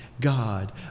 God